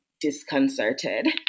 disconcerted